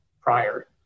prior